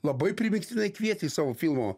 labai primygtinai kvietė į savo filmo